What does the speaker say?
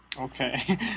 Okay